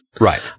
Right